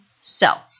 self